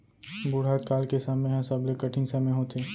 बुढ़त काल के समे ह सबले कठिन समे होथे